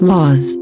Laws